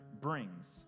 brings